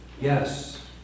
Yes